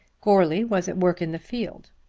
goarly was at work in the field.